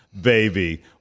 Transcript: baby